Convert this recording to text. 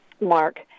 Mark